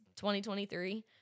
2023